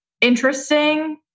interesting